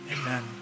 Amen